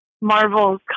Marvel